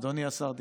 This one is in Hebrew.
אדוני השר דיכטר,